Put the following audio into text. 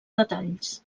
detalls